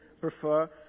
prefer